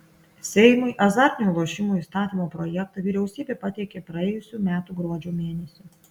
seimui azartinių lošimų įstatymo projektą vyriausybė pateikė praėjusių metų gruodžio mėnesį